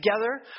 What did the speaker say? together